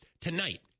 Tonight